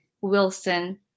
Wilson